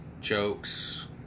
jokes